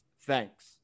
thanks